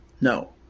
No